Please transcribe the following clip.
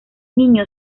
niño